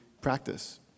practice